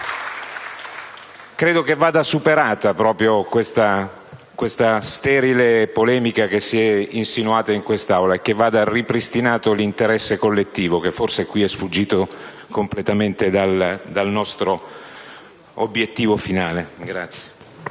Credo che vada dunque superata la sterile polemica che si è insinuata in quest'Aula e che vada ripristinato l'interesse collettivo, che forse qui è sfuggito completamente dal nostro obiettivo finale.